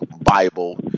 Bible